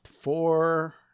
four